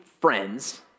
friends